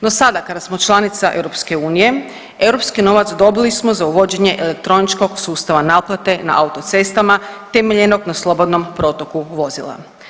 No sada kada smo članica EU, europski novac dobili smo za uvođenje elektroničkog sustava naplate na autocestama temeljenog na slobodnom protoku vozila.